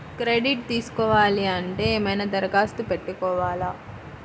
Credit తీసుకోవాలి అంటే ఏమైనా దరఖాస్తు పెట్టుకోవాలా?